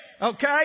Okay